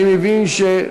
אני מבין,